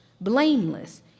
blameless